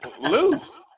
loose